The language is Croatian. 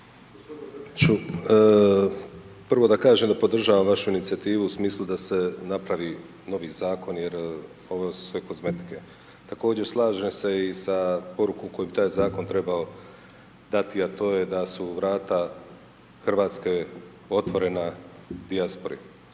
Prvo da kažem da podržavam vašu inicijativu u smislu da se napravi novi zakon, jer su sve kozmetika. Također slažem se i sa porukom koju bi taj zakon trebao dati, a to je da su vrata Hrvatske otvorena dijaspori.